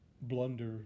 blunder